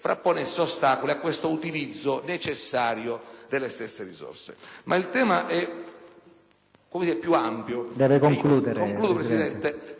frapponesse ostacoli all'impiego necessario delle stesse risorse. Ma il tema è più ampio